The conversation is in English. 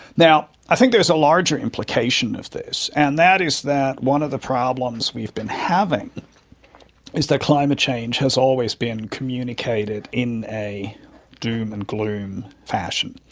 i think there's a larger implication of this, and that is that one of the problems we've been having is that climate change has always been communicated in a doom and gloom fashion.